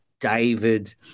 David